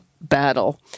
battle